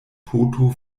poto